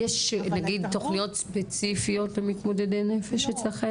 אבל ההתערבות --- יש נגיד תוכניות ספציפיות למתמודדי נפש אצלכם?